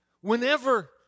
whenever